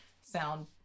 sound